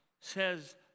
says